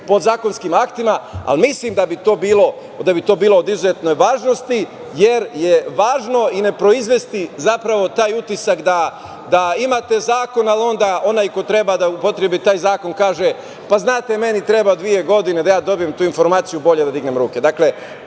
podzakonskim aktima, ali mislim da bi to bilo od izuzetne važnosti, jer je važno i ne proizvesti zapravo taj utisak da imate zakon, ali onda onaj ko treba da upotrebi taj zakon kaže – pa znate, meni treba dve godine da dobijem tu informaciju, bolje da dignem ruke.